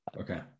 Okay